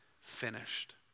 finished